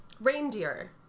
Reindeer